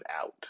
out